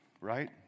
right